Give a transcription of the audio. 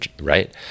right